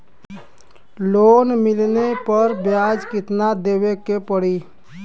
Loan मिलले पर ब्याज कितनादेवे के पड़ी?